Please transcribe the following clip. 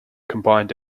combined